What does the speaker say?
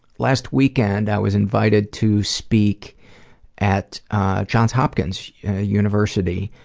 last weekend, i was invited to speak at johns hopkins university